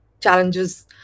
challenges